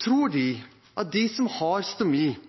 Tror de at de som har stomi,